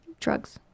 drugs